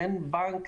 אין בנק,